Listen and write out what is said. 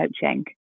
coaching